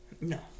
No